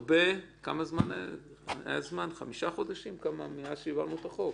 כמה זמן עבר מאז שהעברנו את החוק?